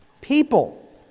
people